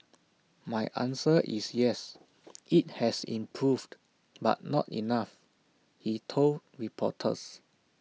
my answer is yes IT has improved but not enough he told reporters